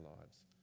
lives